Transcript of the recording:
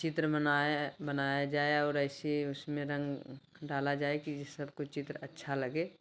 चित्र बनाया जाए और ऐसी उसमें रंग डाला जाए कि जिससे सबको चित्र अच्छा लगे